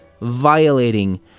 violating